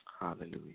Hallelujah